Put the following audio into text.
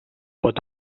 pot